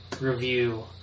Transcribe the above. review